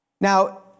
Now